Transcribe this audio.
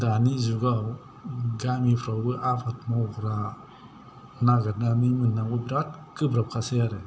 दानि जुगाव गामिफ्रावबो आबाद मावग्रा नागिरनानै मोननांगौ बिराद गोब्राबखासै आरो